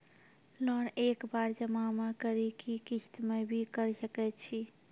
Loan एक बार जमा म करि कि किस्त मे भी करऽ सके छि?